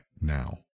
now